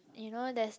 you know there's